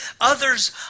others